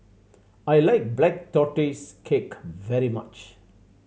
I like Black Tortoise Cake very much